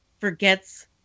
forgets